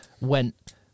went